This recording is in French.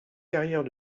carrière